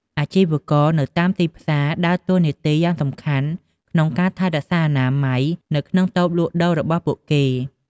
អាជីវករនៅតាមទីផ្សារដើរតួនាទីយ៉ាងសំខាន់ក្នុងការថែរក្សាអនាម័យនៅក្នុងតូបលក់ដូររបស់ពួកគេ។